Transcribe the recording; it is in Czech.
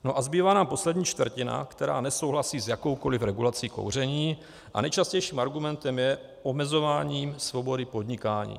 No a zbývá nám poslední čtvrtina, která nesouhlasí s jakoukoli regulací kouření, a nejčastějším argumentem je omezování svobody podnikání.